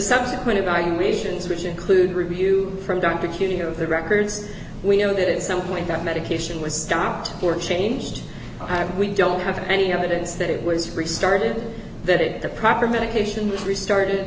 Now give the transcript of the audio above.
subsequent evaluations which include review from dr king of the records we know that at some point that medication was stopped work changed have we don't have any evidence that it was restarted that it the proper medication was restarted